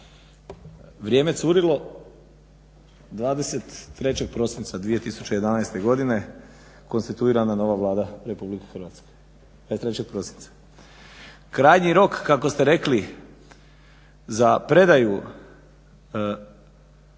Vrijeme curilo 23. prosinca 2011. godine konstituirana nova Vlada Republike Hrvatske, 23. prosinca. Krajnji rok kako ste rekli za predaju